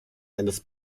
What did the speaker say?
eines